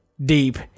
deep